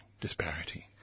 disparity